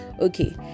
Okay